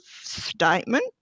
statement